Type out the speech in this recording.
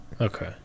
Okay